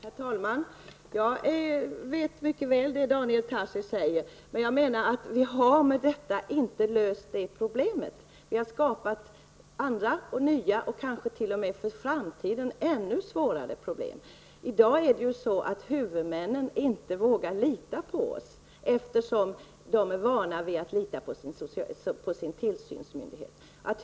Herr talman! Jag känner mycket väl till det Daniel Tarschys säger, men jag anser att vi därmed inte har löst problemet. I stället har vi skapat andra och nya samt kanske för framtiden t.o.m. ännu svårare problem. I dag vågar huvudmännen inte lita på oss, eftersom de är vana vid att lita på sin tillsynsmyndighet.